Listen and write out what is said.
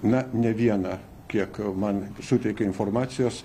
na ne vieną kiek man suteikė informacijos